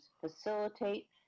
facilitate